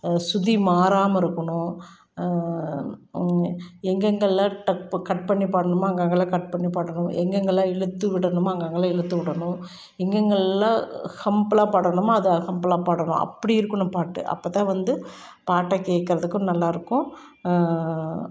சுதி மாறாமல் இருக்கணும் எங்கே எங்கெல்லாம் டக் புக் கட் பண்ணி பாடணுமோ அங்கங்கலாம் கட் பண்ணி பாடணும் எங்கே எங்கெங்கலாம் இழுத்து விடணுமோ அங்கே அங்கங்கலாம் இழுத்து விடணும் எங்கெங்கலாம் ஹம்புலாக பாடணுமோ அதை ஹம்புலாக பாடணும் அப்படி இருக்கணும் பாட்டு அப்போ தான் வந்து பாட்டை கேட்கறதுக்கும் நல்லா இருக்கும்